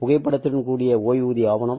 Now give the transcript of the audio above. புகைப்படத்தடன் கடிய ஓய்வூதிய ஆவணம்